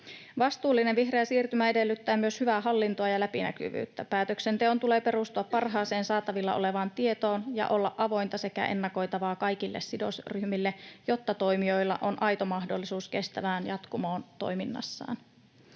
Vastuullinen vihreä siirtymä edellyttää myös hyvää hallintoa ja läpinäkyvyyttä. Päätöksenteon tulee perustua parhaaseen saatavilla olevaan tietoon ja olla avointa sekä ennakoitavaa kaikille sidosryhmille, jotta toimijoilla on aito mahdollisuus kestävään jatkumoon toiminnassaan.